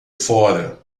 fora